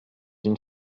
une